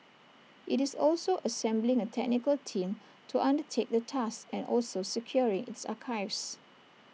IT is also assembling A technical team to undertake the task and also securing its archives